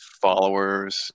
followers